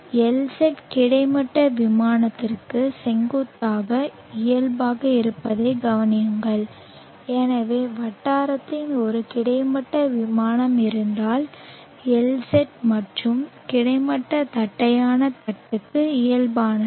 LZ கிடைமட்ட விமானத்திற்கு செங்குத்தாக இயல்பாக இருப்பதைக் கவனியுங்கள் எனவே வட்டாரத்தில் ஒரு கிடைமட்ட விமானம் இருந்தால் LZ மட்டும் கிடைமட்ட தட்டையான தட்டுக்கு இயல்பானது